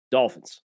Dolphins